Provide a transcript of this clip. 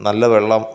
നല്ല വെള്ളം